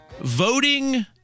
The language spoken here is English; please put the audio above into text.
Voting